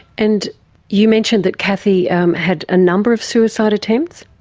and you mentioned that cathy had a number of suicide attempts.